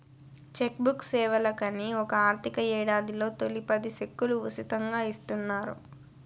check book సేవలకని ఒక ఆర్థిక యేడాదిలో తొలి పది సెక్కులు ఉసితంగా ఇస్తున్నారు